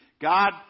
God